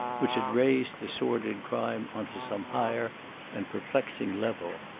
which had raised the sordid crime on to some higher and perplexing level.